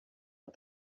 but